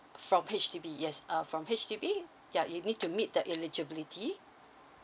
from H_D_B yes uh from H_D_B ya you need to meet the eligibility